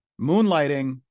moonlighting